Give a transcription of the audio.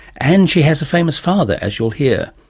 and she has a famous father, as you'll hear.